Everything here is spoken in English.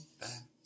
back